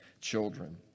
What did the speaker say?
children